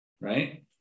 right